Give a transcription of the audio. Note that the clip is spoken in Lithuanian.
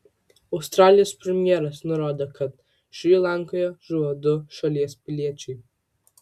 australijos premjeras nurodė kad šri lankoje žuvo du šalies piliečiai